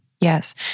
Yes